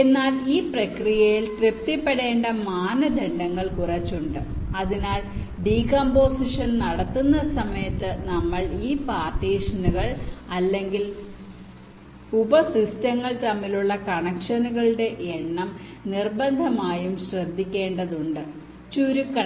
എന്നാൽ ഈ പ്രക്രിയയിൽ തൃപ്തിപ്പെടേണ്ട മാനദണ്ഡങ്ങൾ കുറച്ച് ഉണ്ട് അതിനാൽ ഡികോമ്പോസിഷൻ നടത്തുന്ന സമയത്ത് നമ്മൾ ഈ പാർട്ടീഷനുകൾ അല്ലെങ്കിൽ ഉപസിസ്റ്റങ്ങൾ തമ്മിലുള്ള കണക്ഷനുകളുടെ എണ്ണം നിർബന്ധമായും ശ്രദ്ധിക്കേണ്ടതുണ്ട് ചുരുക്കണം